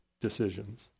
decisions